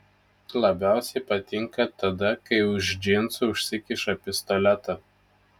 labiausiai patinka tada kai už džinsų užsikiša pistoletą